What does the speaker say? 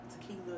tequila